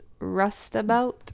Rustabout